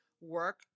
work